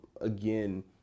Again